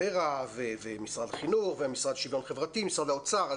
ור"ה ומשרד החינוך והמשרד לשוויון חברי ומשרד האוצר,